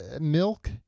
milk